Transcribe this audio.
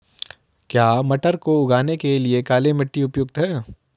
क्या मटर को उगाने के लिए काली मिट्टी उपयुक्त है?